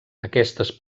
aquestes